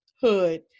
hood